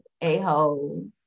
a-hole